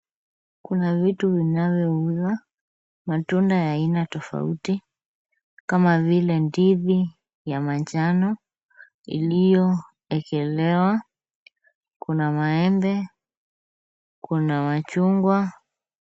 Kuna vitu vinavyouzwa, matunda ya aina tofauti kama vile ndizi ya manjano iliyoekelewa. Kuna maembe , kuna machungwa.